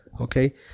okay